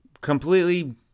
completely